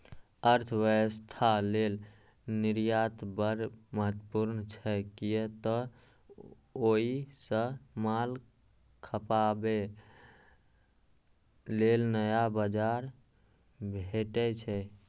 अर्थव्यवस्था लेल निर्यात बड़ महत्वपूर्ण छै, कियै तं ओइ सं माल खपाबे लेल नया बाजार भेटै छै